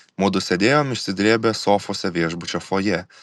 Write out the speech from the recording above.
mudu sėdėjom išsidrėbę sofose viešbučio fojė